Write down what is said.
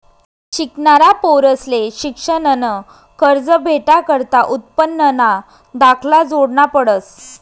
शिकनारा पोरंसले शिक्शननं कर्ज भेटाकरता उत्पन्नना दाखला जोडना पडस